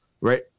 right